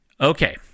Okay